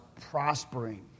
prospering